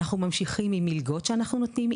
אנחנו ממשכים עם מלגות שאנחנו נותנים,